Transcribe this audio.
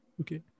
Okay